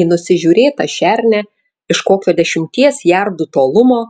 į nusižiūrėtą šernę iš kokio dešimties jardų tolumo